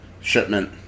shipment